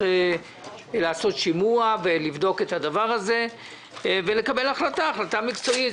שצריך לעשות שימוע ולבדוק את הדבר הזה ולקבל החלטה מקצועית.